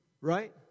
right